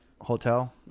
hotel